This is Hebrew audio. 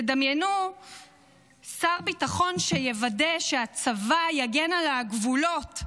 דמיינו שר ביטחון שיוודא שהצבא יגן על הגבולות,